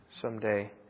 someday